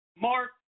Mark